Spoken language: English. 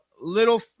Little